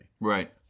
Right